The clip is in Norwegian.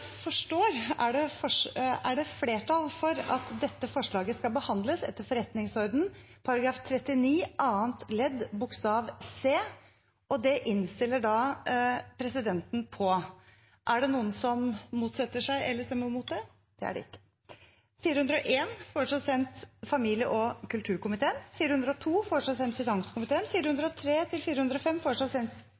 forstår, er det flertall for at dette forslaget skal behandles etter forretningsordenen § 39 annet ledd bokstav c. Det innstiller da presidenten på. Er det noen som motsetter seg det? – Det er det ikke, og det anses enstemmig vedtatt. Videre ble referert: Representantforslag fra stortingsrepresentantene Freddy André Øvstegård, Kari Elisabeth Kaski, Lars Haltbrekken, Mona Fagerås, Solfrid Lerbrekk og Katrine Boel Gregussen om en